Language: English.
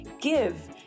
give